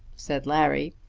said larry.